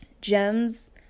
Gems